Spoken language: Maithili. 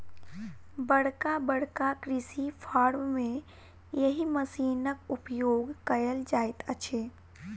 बड़का बड़का कृषि फार्म मे एहि मशीनक उपयोग कयल जाइत अछि